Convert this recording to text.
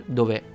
dove